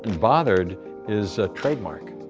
and bothered is trademarked.